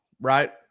right